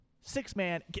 six-man